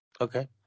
Okay